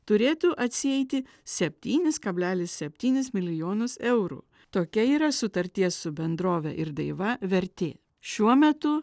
turėtų atsieiti septynis kablelis septynis milijonus eurų tokia yra sutarties su bendrove irdaiva vertė šiuo metu